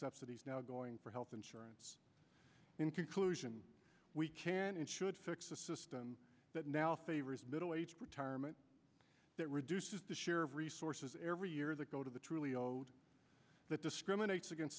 subsidies now going for health insurance in conclusion we can and should fix a system that now favors middle aged retirement that reduces the share of resources every year that go to the truly that discriminates against